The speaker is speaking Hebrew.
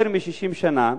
יותר מ-60 שנה